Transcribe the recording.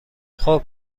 خوب